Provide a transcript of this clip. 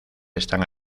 están